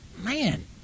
Man